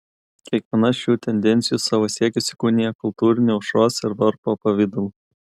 kiekviena šių tendencijų savo siekius įkūnija kultūriniu aušros ir varpo pavidalu